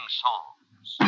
songs